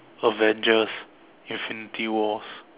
Avengers infinity wars